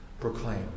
proclaim